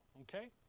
okay